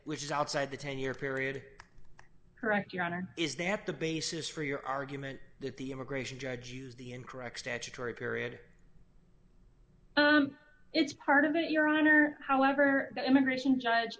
which is outside the ten year period correct your honor is that the basis for your argument that the immigration judge used the incorrect statutory period it's part of it your honor however the immigration judge